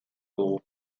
dugu